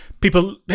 people